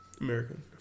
American